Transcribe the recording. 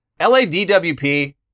LADWP